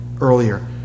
earlier